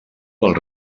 del